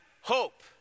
hope